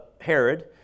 Herod